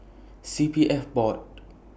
C P F Board